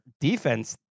defense